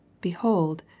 behold